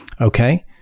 Okay